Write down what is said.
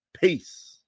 Peace